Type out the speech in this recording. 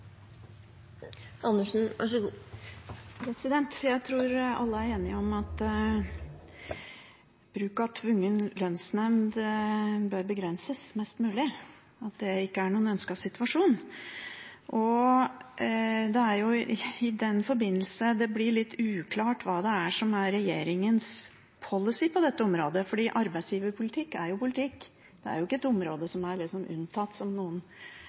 enige om at bruk av tvungen lønnsnemnd bør begrenses mest mulig, at det ikke er noen ønsket situasjon. Det er i den forbindelse det blir litt uklart hva som er regjeringens policy på dette området, fordi arbeidsgiverpolitikk er jo politikk, det er ikke et område som er unntatt, som noen